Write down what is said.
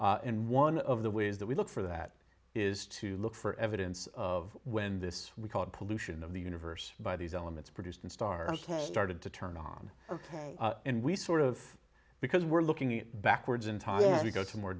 warms in one of the ways that we look for that is to look for evidence of when this we called pollution of the universe by these elements produced in star started to turn on ok and we sort of because we're looking it backwards in time if you go to more